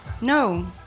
no